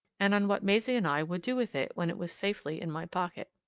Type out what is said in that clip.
and on what maisie and i would do with it when it was safely in my pocket.